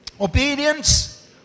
Obedience